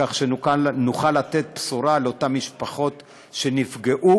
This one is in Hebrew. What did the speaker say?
כך שנוכל לתת בשורה לאותן משפחות שנפגעו